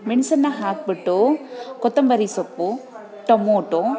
ಮೆಣಸನ್ನ ಹಾಕಿಬಿಟ್ಟು ಕೊತ್ತಂಬರಿ ಸೊಪ್ಪು ಟೊಮೊಟೋ